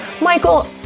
Michael